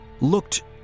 looked